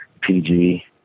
PG